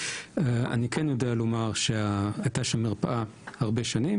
אני כן יודע לומר שהייתה שם מרפאה הרבה שנים,